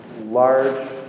large